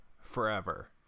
forever